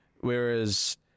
Whereas